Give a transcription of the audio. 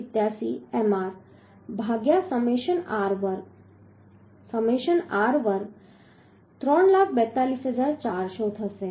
87 Mr ભાગ્યા સમેશન r વર્ગ સમેશન r વર્ગ 342400 થશે